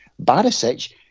Barisic